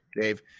dave